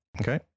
Okay